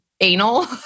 anal